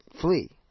flee